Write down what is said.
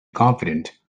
confident